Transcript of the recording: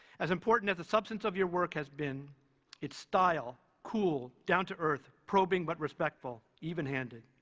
as important as the substance of your work has been its style cool, down to earth, probing but respectful, even handed.